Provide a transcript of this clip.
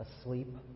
asleep